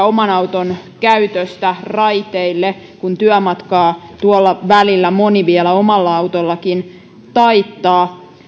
oman auton käytöstä raiteille tulisi varsin kilpailukykyinen vaihtoehto työmatkaa tuolla välillä moni vielä omalla autollakin taittaa